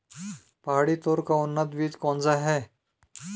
पहाड़ी तोर का उन्नत बीज कौन सा है?